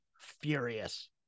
furious